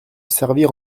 servir